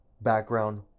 background